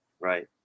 Right